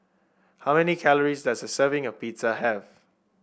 how many calories does a serving of Pizza have